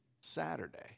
Saturday